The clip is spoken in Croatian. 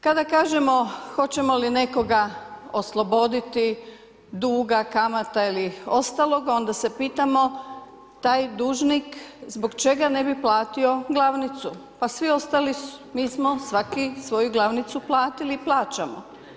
Kada kažemo hoćemo li nekoga osloboditi duga, kamata ili ostalog onda se pitamo taj dužnik zbog čega ne bi platio glavnicu, pa svi ostali mi smo svaki svoju glavnicu platili i plaćamo.